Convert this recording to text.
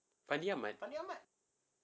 fandi ahmad